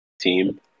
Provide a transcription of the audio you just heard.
team